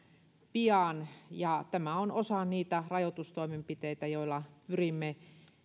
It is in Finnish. pian ja tämä on osa niitä rajoitustoimenpiteitä joilla pyrimme